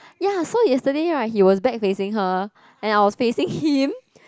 ya so yesterday right he was back facing her and I was facing him